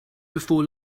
before